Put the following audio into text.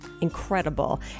Incredible